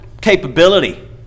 capability